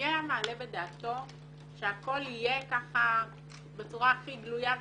מי היה מעלה על דעתו שהכול יהיה בצורה הכי גלויה,